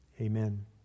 Amen